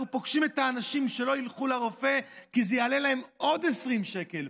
אנחנו פוגשים את האנשים שלא ילכו לרופא כי זה יעלה להם עוד 20 שקל,